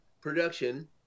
production